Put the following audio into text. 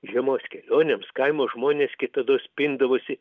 žiemos kelionėms kaimo žmonės kitados pindavosi